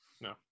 no